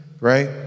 right